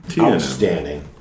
Outstanding